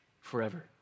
forever